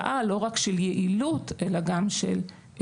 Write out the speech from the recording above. גם הם צריכים לבוא עם תודעה לא רק של יעילות אלא גם של תקינות,